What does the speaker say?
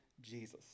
Jesus